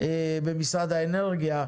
במשרד האנרגיה,